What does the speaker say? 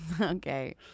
Okay